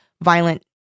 violent